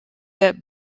der